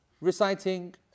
reciting